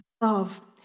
love